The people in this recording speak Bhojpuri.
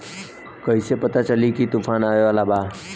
कइसे पता चली की तूफान आवा वाला बा?